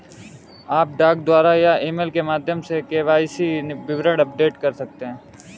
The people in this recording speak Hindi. आप डाक द्वारा या ईमेल के माध्यम से के.वाई.सी विवरण अपडेट कर सकते हैं